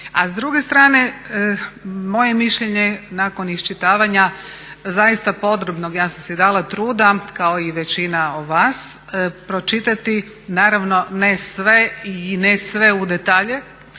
a s druge strane moje je mišljenje nakon iščitavanja zaista podrobnog, ja sam si dala truda kao i većina vas pročitati naravno ne sve i ne sve u detalje